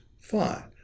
fine